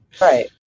Right